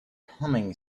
humming